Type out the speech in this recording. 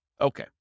Okay